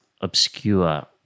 obscure